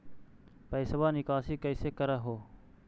पैसवा निकासी कैसे कर हो?